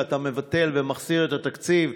שאתה מבטל ומחזיר את התקציב.